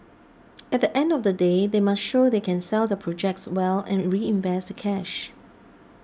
at the end of the day they must show they can sell their projects well and reinvest the cash